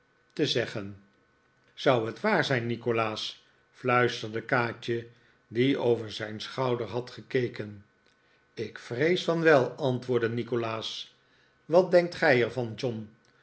te zeggen zou het waar zijn nikolaas fluisterde kaatje die over zijn schouder had gekeken ik vrees van wel antwoordde nikolaas wat denkt gij er van john